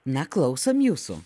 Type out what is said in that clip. na klausom jūsų